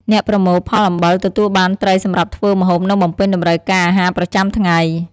អ្នកប្រមូលផលអំបិលទទួលបានត្រីសម្រាប់ធ្វើម្ហូប និងបំពេញតម្រូវការអាហារប្រចាំថ្ងៃ។